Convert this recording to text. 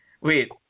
Wait